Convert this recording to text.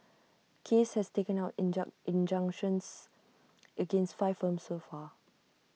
case has taken out injunctions against five firms so far